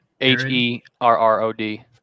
H-E-R-R-O-D